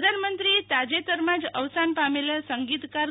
પ્રધાનમંત્રીએ તાજેતરમાં જ અવસાન પામેલ સંગીતકાર